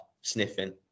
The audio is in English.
sniffing